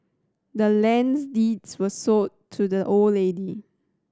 the land's deeds was sold to the old lady